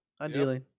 ideally